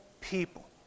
people